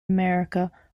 america